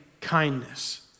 kindness